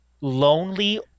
lonely